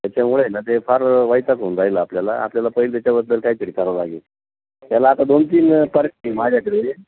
त्याच्यामुळे आहे ना ते फार वैताग होऊन राहिला आपल्याला आपल्याला पहिले त्याच्याबद्दल काहीतरी करावं लागेल त्याला आता दोन तीन पर् माझ्याकडे